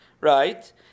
right